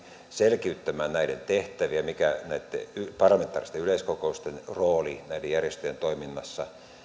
selkiyttämään näiden tehtäviä mikä näitten parlamentaaristen yleiskokousten rooli näiden järjestöjen toiminnassa